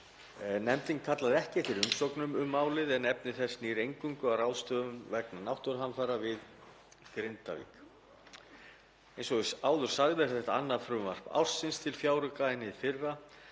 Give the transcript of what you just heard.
Nefndin kallaði ekki eftir umsögnum um málið en efni þess snýr eingöngu að ráðstöfunum vegna náttúruhamfara við Grindavík. Eins og áður sagði er þetta annað frumvarp ársins til fjáraukalaga en hið fyrra